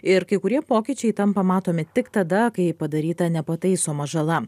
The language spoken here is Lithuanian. ir kai kurie pokyčiai tampa matomi tik tada kai padaryta nepataisoma žala